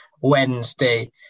Wednesday